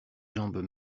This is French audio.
jambes